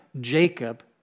Jacob